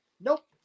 Nope